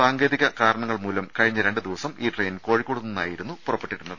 സാങ്കേതിക കാരണങ്ങൾമൂലം കഴിഞ്ഞ രണ്ട് ദിവസം ഈ ട്രെയിൻ കോഴിക്കോട് നിന്നായിരുന്നു പുറപ്പെട്ടിരുന്നത്